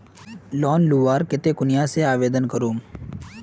Loan लुबार केते कुनियाँ से आवेदन करूम?